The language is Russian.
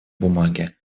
бумаги